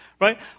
right